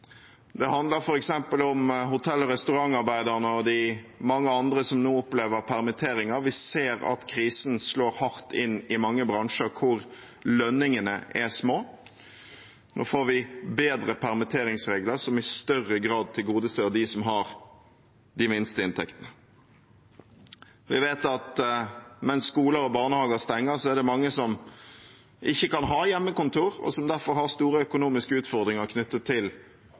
Det handler f.eks. om hotell- og restaurantarbeiderne og de mange andre som nå opplever permitteringer. Vi ser at krisen slår hardt inn i mange bransjer hvor lønningene er lave. Nå får vi bedre permitteringsregler som i større grad tilgodeser dem som har de minste inntektene. Vi vet at mens skoler og barnehager stenger, er det mange som ikke kan ha hjemmekontor, og som derfor har store økonomiske utfordringer knyttet til